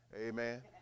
Amen